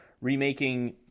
remaking